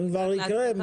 הם כבר בשוק.